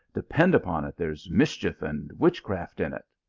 depend upon it there s mischief and witchcraft in it.